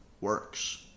works